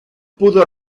pudo